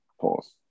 Pause